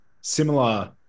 similar